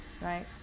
Right